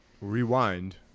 rewind